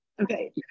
Okay